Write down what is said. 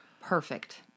perfect